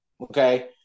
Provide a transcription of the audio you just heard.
okay